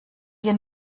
wir